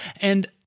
and-